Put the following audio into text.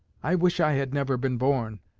i wish i had never been born!